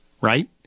right